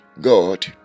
God